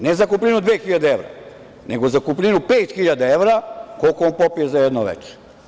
Ne zakupninu od 2.000 evra, nego zakupninu od 5.000 evra, koliko on popije za jedno veče.